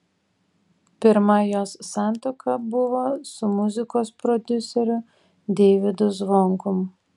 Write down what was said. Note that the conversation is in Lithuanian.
pirma jos santuoka buvo su muzikos prodiuseriu deivydu zvonkum